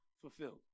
fulfilled